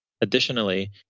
Additionally